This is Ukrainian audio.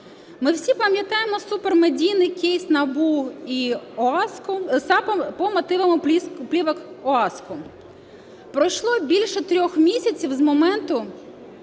Ми всі пам'ятаємо супермедійний кейс НАБУ і САП по мотивам плівок ОАСК. Пройшло більше 3 місяців з моменту